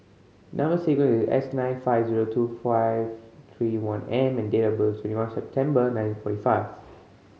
number sequence is S nine five zero two five three one M and date of birth is twenty one September nineteen forty five